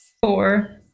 four